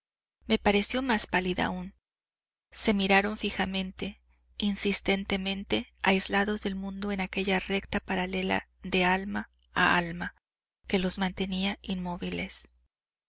me pareció más pálida aún se miraron fijamente insistentemente aislados del mundo en aquella recta paralela de alma a alma que los mantenía inmóviles